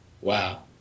Wow